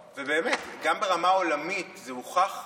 באמת, גם ברמה העולמית זה הוכח.